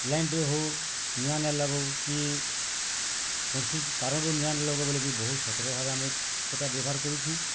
ଲାଇନ୍ଟେ ହଉ ନିଆଁ ନାଇ ନ ଲାଗୁ କି କୌଣସି କାରଣରୁ ନିଆଁ ଲଗ ବୋଲି କି ବହୁତ୍ ସତର୍କ ଭାବେ ଆମେ ସେଇଟା ବ୍ୟବହାର କରୁଛୁ